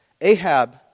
Ahab